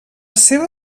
seva